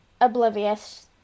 oblivious